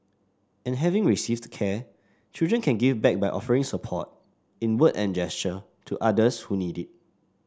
and having received care children can give back by offering support in word and gesture to others who need it